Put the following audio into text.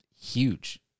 huge